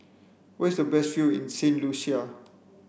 where is the best view in Saint Lucia